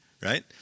right